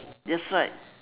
that's right